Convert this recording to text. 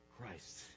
Christ